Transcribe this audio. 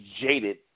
jaded